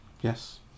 Yes